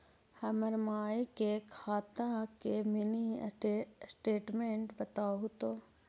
हमर माई के खाता के मीनी स्टेटमेंट बतहु तो?